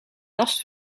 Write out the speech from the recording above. last